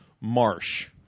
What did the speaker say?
marsh